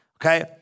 okay